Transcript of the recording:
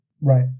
Right